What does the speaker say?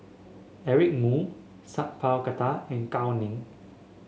Eric Moo Sat Pal Khattar and Gao Ning